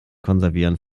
konservieren